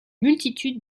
multitude